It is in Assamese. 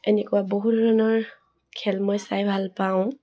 এনেকুৱা বহু ধৰণৰ খেল মই চাই ভাল পাওঁ